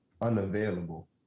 unavailable